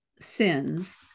sins